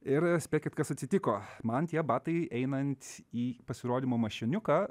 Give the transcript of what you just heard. ir spėkit kas atsitiko man tie batai einant į pasirodymo mašiniuką